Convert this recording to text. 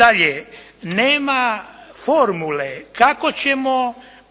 Dalje, nema formule kako ćemo